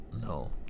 No